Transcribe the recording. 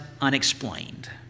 unexplained